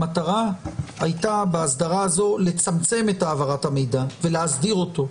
המטרה הייתה בהסדרה זו לצמצם את העברת המידע ולהסדיר אותו.